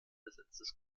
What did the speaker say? besetztes